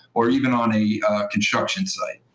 or even on a construction site.